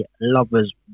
lovers